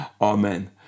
Amen